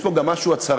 יש פה גם משהו הצהרתי.